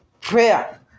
prayer